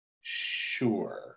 sure